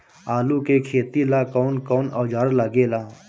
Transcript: आलू के खेती ला कौन कौन औजार लागे ला?